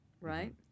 right